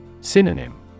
Synonym